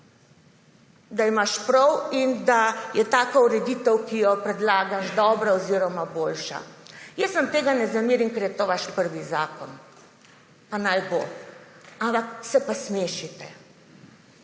Da imaš prav in da je taka ureditev, ki jo predlagaš, dobra oziroma boljša. Jaz vam tega ne zamerim, ker je to vaš prvi zakon pa naj bo. Ampak se pa smešite.